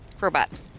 robot